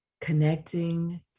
Connecting